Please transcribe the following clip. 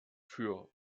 für